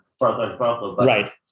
Right